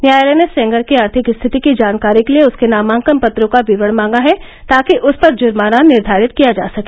न्यायालय ने सेंगर की आर्थिक स्थिति की जानकारी के लिए उसके नामांकनपत्रों का विवरण मांगा है ताकि उस पर जुर्माना निर्धारित किया जा सके